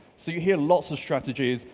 so you hear lots of strategies.